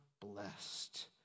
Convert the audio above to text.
blessed